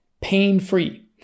pain-free